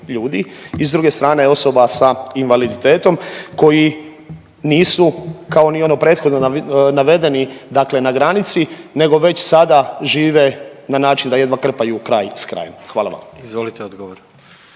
i s druge strane osoba sa invaliditetom koji nisu kao ni ono prethodno navedeni dakle na granici nego već sada žive na način da jedva krpaju kraj s krajem. Hvala vam. **Jandroković,